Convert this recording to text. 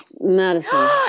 Madison